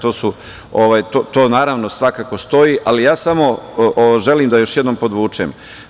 To naravno svakako stoji, ali ja samo želim da još jednom podvučem.